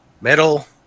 Metal